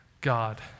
God